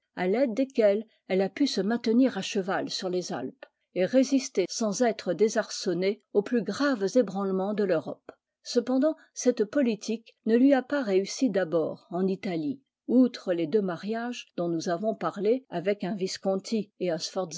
à l'aide desquels elle a pu se maintenir à cheval sur les alpes et résister sans être désarçonnée aux plus graves ébranlements de l'europe cependant cette politique ne lui a pas réussi d'abord en italie outre les deux mariages dont nous avons parlé avec un visconti et un